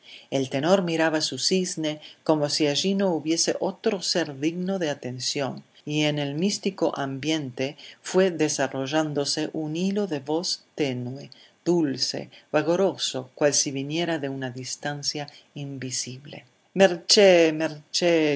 el tenor miraba su cisne como si allí no hubiese otro ser digno de atención y en el místico ambiente fue desarrollándose un hilo de voz tenue dulce vagoroso cual si viniera de una distancia invisible merc